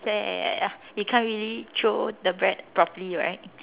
ya ya ya ya ya you can't really throw the bread properly right